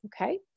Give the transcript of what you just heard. okay